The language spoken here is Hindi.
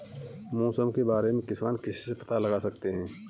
मौसम के बारे में किसान किससे पता लगा सकते हैं?